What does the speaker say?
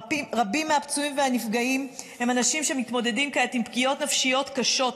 רבים מהפצועים והנפגעים הם אנשים שמתמודדים כעת עם פגיעות נפשיות קשות,